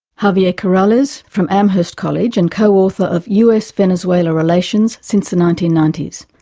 javier corrales from amherst college and co-author of us-venezuela relations since the nineteen ninety s.